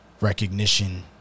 recognition